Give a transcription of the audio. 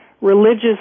Religious